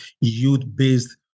youth-based